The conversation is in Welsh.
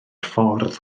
ffordd